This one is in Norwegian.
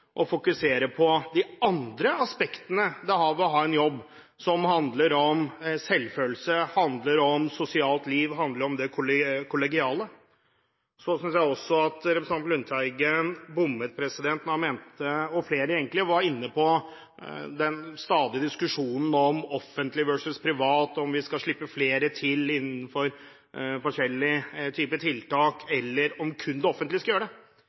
fokusere på de andre aspektene ved det å ha en jobb, som handler om selvfølelse, om sosialt liv og om det kollegiale. Jeg synes også at representanten Lundteigen og flere bommet da de var inne på den stadige diskusjonen om offentlig versus privat, om vi skal slippe flere til innenfor forskjellige typer tiltak, eller om kun det offentlige skal gjøre det.